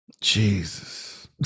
Jesus